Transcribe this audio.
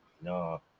No